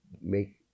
make